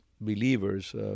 believers